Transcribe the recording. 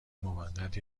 موقت